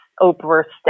overstep